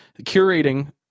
Curating